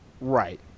right